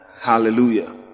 hallelujah